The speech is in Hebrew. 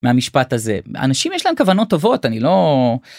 מהמשפט הזה אנשים יש להם כוונות טובות אני לא.